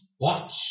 Watch